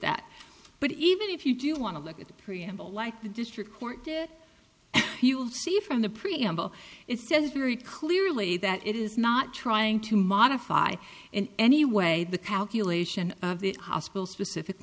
that but even if you do want to look at the preamble like the district court you'll see from the preamble it says very clearly that it is not trying to modify in any way the calculation of the hospital specific